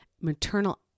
maternal